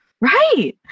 Right